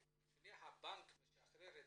לפני שהבנק משחרר,